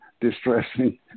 distressing